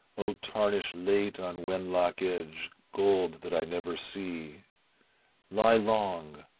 oh tarnish late on wenlock edge, gold that i never see lie long,